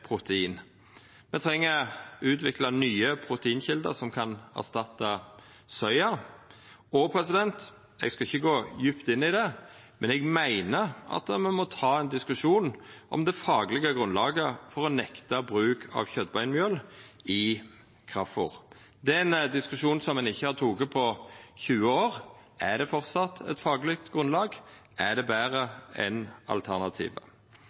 protein. Me treng å utvikla nye proteinkjelder som kan erstatta soya. Eg skal ikkje gå djupt inn i det, men eg meiner at me må ta ein diskusjon om det faglege grunnlaget for å nekta bruk av kjøtbeinmjøl i kraftfôr. Det er ein diskusjon som ein ikkje har hatt på 20 år. Er det framleis eit fagleg grunnlag for det? Er det betre enn alternativet?